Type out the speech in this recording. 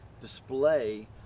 display